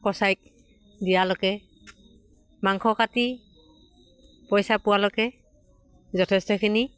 কচাই দিয়ালৈকে মাংস কাটি পইচা পোৱালৈকে যথেষ্টখিনি